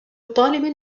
طالب